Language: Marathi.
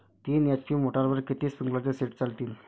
तीन एच.पी मोटरवर किती स्प्रिंकलरचे सेट चालतीन?